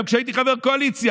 גם כשהייתי חבר קואליציה,